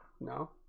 No